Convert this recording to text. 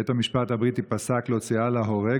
בית המשפט הבריטי פסק להוציאה להורג